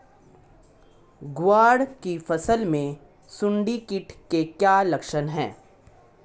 ग्वार की फसल में सुंडी कीट के क्या लक्षण है?